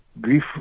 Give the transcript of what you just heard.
grief